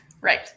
Right